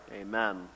Amen